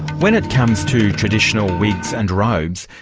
when it comes to traditional wigs and robes,